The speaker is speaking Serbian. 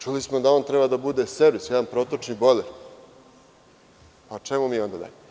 Čuli smo da on treba da bude servis, jedan protočni bojler, pa o čemu mi onda dalje.